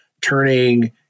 Turning